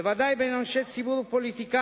בוודאי בין אנשי ציבור ופוליטיקאים,